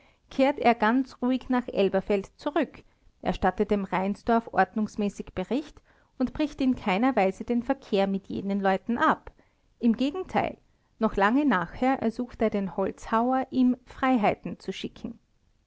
kehrt er ganz ruhig nach elberfeld zurück erstattet dem reinsdorf ordnungsmäßig bericht und bricht in keiner weise den verkehr mit jenen leuten ab im gegenteil noch lange nachher ersucht er den holzhauer ihm freiheiten zu schicken